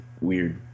weird